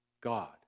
God